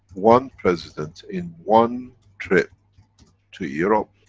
one president in one trip to europe,